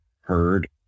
heard